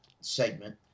segment